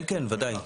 כן, כן, בוודאי.